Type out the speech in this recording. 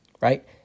Right